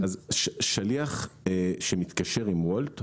שליח שמתקשר עם וולט,